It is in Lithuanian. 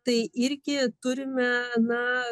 tai irgi turime na